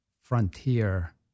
frontier